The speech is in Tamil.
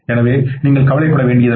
எனவே நீங்கள் கவலைப்பட வேண்டியதில்லை